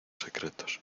secretos